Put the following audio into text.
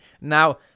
Now